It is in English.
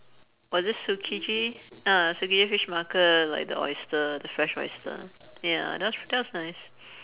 was it tsukiji uh tsukiji fish market like the oyster the fresh oyster ya that was pr~ that was nice